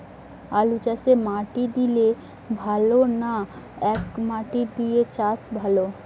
আলুচাষে মাটি দিলে ভালো না একমাটি দিয়ে চাষ ভালো?